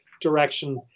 direction